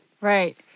Right